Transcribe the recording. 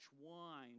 wine